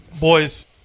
boys